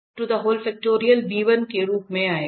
केवल यह के रूप में आएगा